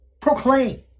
proclaim